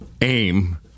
aim